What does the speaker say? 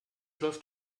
läuft